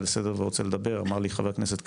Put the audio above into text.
לסדר ורוצה לדבר אמר לי חבר הכנסת קריב,